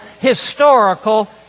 historical